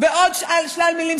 ועוד שלל מילים.